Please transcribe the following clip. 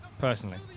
Personally